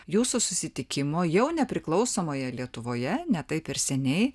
jūsų susitikimo jau nepriklausomoje lietuvoje ne taip ir seniai